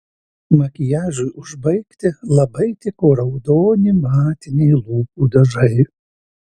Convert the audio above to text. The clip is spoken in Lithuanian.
makiažui užbaigti labai tiko raudoni matiniai lūpų dažai